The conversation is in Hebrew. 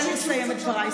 תן לי לסיים את דבריי.